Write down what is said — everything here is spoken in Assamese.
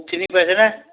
চিনি পাইছেনে